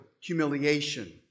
humiliation